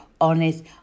honest